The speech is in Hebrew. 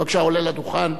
בבקשה, עולה לדוכן.